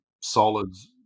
solids